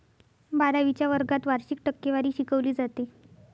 बारावीच्या वर्गात वार्षिक टक्केवारी शिकवली जाते